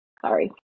Sorry